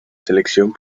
selección